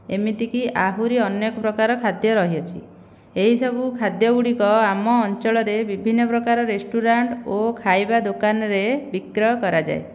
ଏମିତିକି ଆହୁରି ଅନେକ ପ୍ରକାର ଖାଦ୍ୟ ରହିଅଛି ଏହିସବୁ ଖାଦ୍ୟ ଗୁଡ଼ିକ ଆମ ଅଞ୍ଚଳରେ ବିଭିନ୍ନ ପ୍ରକାର ରେଷ୍ଟୁରାଣ୍ଟ ଓ ଖାଇବା ଦୋକାନରେ ବିକ୍ରୟ କରାଯାଏ